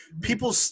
People